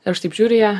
ir aš taip žiūriu į ją